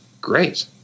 Great